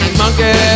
monkey